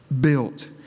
built